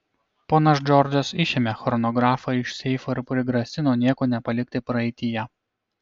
ponas džordžas išėmė chronografą iš seifo ir prigrasino nieko nepalikti praeityje